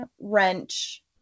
wrench